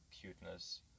cuteness